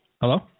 Hello